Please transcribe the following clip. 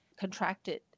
contracted